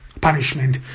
punishment